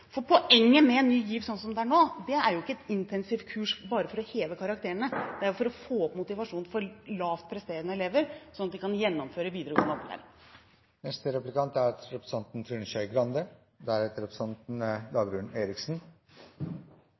elever. Poenget med Ny GIV sånn som den er nå, er ikke et intensivt kurs bare for å heve karakterene, det er å få opp motivasjonen for lavt presterende elever, sånn at de kan gjennomføre videregående opplæring. Det er